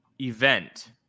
event